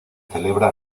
celebra